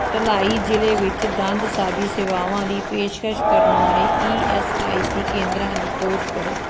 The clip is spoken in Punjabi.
ਢਲਾਈ ਜ਼ਿਲ੍ਹੇ ਵਿੱਚ ਦੰਦਸਾਜ਼ੀ ਸੇਵਾਵਾਂ ਦੀ ਪੇਸ਼ਕਸ਼ ਕਰਨ ਵਾਲੇ ਈ ਐੱਸ ਆਈ ਸੀ ਕੇਂਦਰਾਂ ਦੀ ਖੋਜ ਕਰੋ